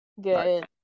Good